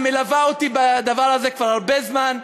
מלווה אותי בדבר הזה כבר הרבה זמן,